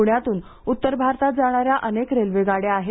पूण्यातून उत्तर भारतात जाणाऱ्या अनेक रेल्वे गाड्या आहेत